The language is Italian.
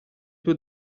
due